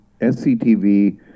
SCTV